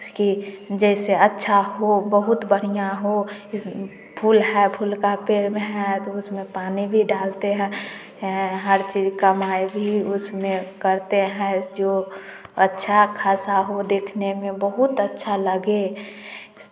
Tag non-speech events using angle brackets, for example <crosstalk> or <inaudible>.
<unintelligible> जैसे अच्छा हो बहुत बढ़िया हो इसमें फूल है फूल का पेड़ में है तो उसमें पानी भी डालते हैं हर चीज़ कमाई भी उसमें करते हैं जो जो अच्छा ख़ासा हो देखने में बहुत अच्छा लगे